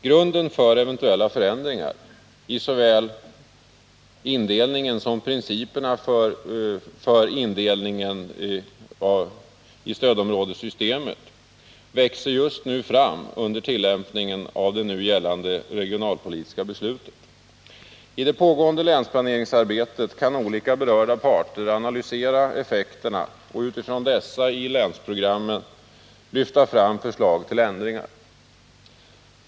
Grunden för eventuella förändringar i såväl indelningen som principerna för indelningen i stödområdessystemet växer just nu fram under tillämpningen av det gällande regionalpolitiska beslutet. I det pågående länsplaneringsarbetet kan olika berörda parter analysera effekterna och utifrån dessa, i länsprogrammen, lyfta fram förslag till ändringar.